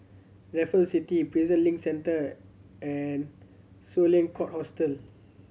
Raffles City Prison Link Centre and Sloane Court Hotel